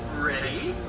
ready,